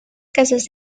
casos